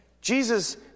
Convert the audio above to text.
Jesus